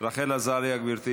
רחל עזריה, גברתי